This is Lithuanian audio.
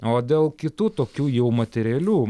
o dėl kitų tokių jau materialių